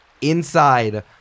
Inside